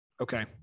okay